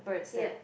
yeap